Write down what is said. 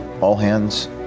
all-hands